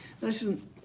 Listen